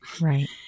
Right